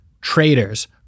traders